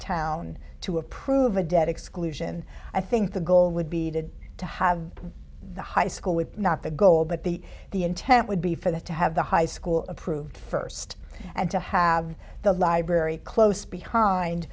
town to approve a debt exclusion i think the goal would be needed to have the high school with not the goal but the the intent would be for that to have the high school approved first and to have the library close behind